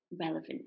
relevant